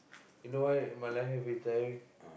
you know why my life have been tiring